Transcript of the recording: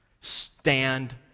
Stand